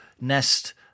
nest